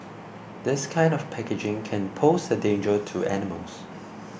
this kind of packaging can pose a danger to animals